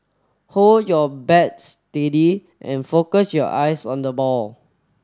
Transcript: hold your bat steady and focus your eyes on the ball